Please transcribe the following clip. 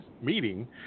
meeting